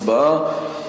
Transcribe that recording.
הצבעה.